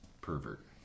pervert